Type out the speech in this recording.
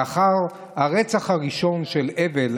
לאחר הרצח הראשון של הבל,